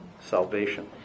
salvation